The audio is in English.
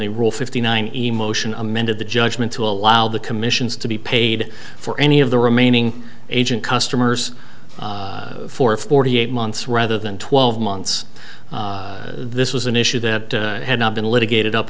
the rule fifty nine emotion amended the judgment to allow the commissions to be paid for any of the remaining agent customers for forty eight months rather than twelve months this was an issue that had not been litigated up